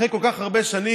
אחרי כל כך הרבה שנים,